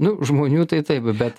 nu žmonių tai taip bet